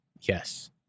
Yes